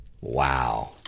Wow